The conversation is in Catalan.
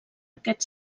aquest